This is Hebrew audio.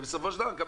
ובסופו של דבר נקבל